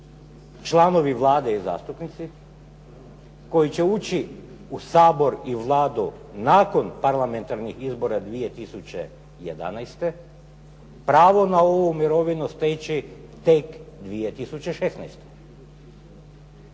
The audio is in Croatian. članovi Vlade i zastupnici koji će ući u Sabor i Vladu nakon parlamentarnih izbora 2011. pravo na ovu mirovinu steći tek 2016.